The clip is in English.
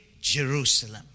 Jerusalem